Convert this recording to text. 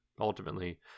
ultimately